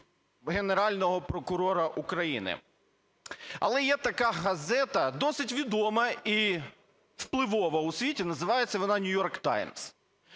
Генерального прокурора України. Але є така газета, досить відома і впливова у світі, і називається вона "Нью-Йорк таймс".